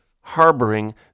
harboring